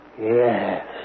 Yes